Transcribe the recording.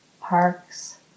parks